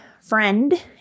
friend